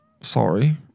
Sorry